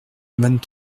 vingt